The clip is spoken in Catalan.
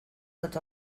tots